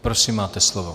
Prosím, máte slovo.